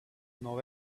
know